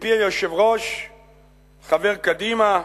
מפי היושב-ראש חבר קדימה: